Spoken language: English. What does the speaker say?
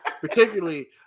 particularly